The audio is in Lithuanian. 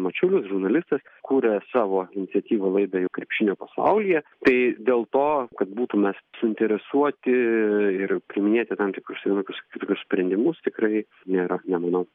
mačiulis žurnalistas kuria savo iniciatyva laidą krepšinio pasaulyje tai dėl to kad būtum mes suinteresuoti ir priiminėti tam tikrus vienokius ar kitokius sprendimus tikrai nėra nemanau